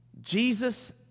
Jesus